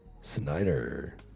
Snyder